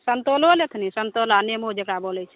समतोलो लेथनी समतोला नेबो जेकरा बोलै छै